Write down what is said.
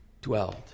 dwelled